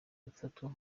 ufatwa